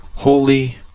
Holy